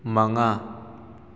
ꯃꯉꯥ